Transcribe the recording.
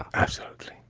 absolutely.